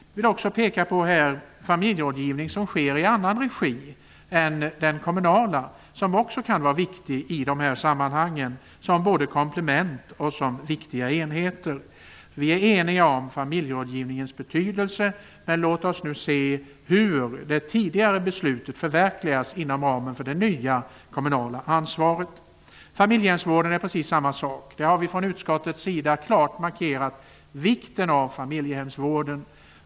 Jag vill också peka på familjerådgivning som sker i annan regi än den kommunala, som också kan vara viktig, både som komplement och som enhet. Vi är eniga om familjerådgivningens betydelse, men låt oss nu se hur det tidigare beslutet förverkligas inom ramen för det nya kommunala ansvaret. Det är precis samma sak med familjehemsvården. Vi har från utskottets sida klart markerat vikten av familjehemsvården.